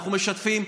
אנחנו משתפים.